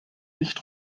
nicht